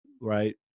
right